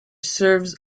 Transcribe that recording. serves